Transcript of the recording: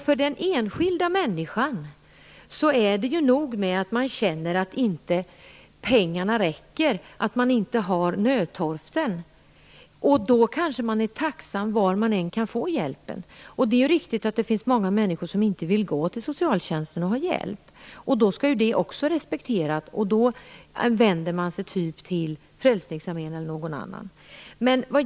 För den enskilda människan är det nog med att känna att pengarna inte räcker till livets nödtorft. Då är man kanske tacksam för hjälpen var den än kommer ifrån. Det är riktigt att det finns många människor som inte vill gå till socialtjänsten och söka hjälp. Det skall också respekteras. De vänder sig kanske till Frälsningsarmén eller någon annan.